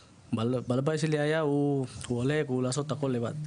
בעל הבית שלי הוא היה אוהב לעשות הכול לבד.